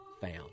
found